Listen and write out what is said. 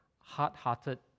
hard-hearted